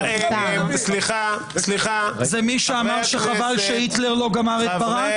זה מי שאמר שחבל שהיטלר לא גמר את ברק?